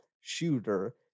shooter